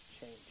change